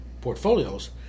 portfolios